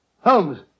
Holmes